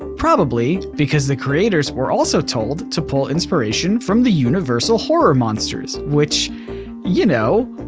probably because the creators were also told to pull inspiration from the universal horror monsters which you know,